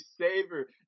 savor